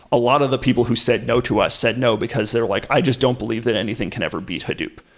a lot of the people who said no to us said no because they're like, i just don't believe that anything can ever beat hadoop.